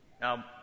Now